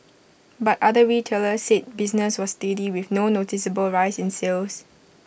but other retailers said business was steady with no noticeable rise in sales